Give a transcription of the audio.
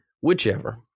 whichever